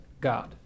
God